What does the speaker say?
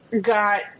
got